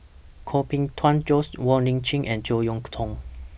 Koh Bee Tuan Joyce Wong Lip Chin and Jek Yeun Thong